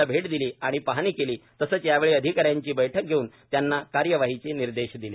ला भेट दिली आणि पाहणी केली तसेच यावेळी अधिकाऱ्यांची बैठक घेऊन त्यांना कार्यवाहीचे निर्देश दिले